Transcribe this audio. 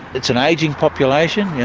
it's an ageing population, yeah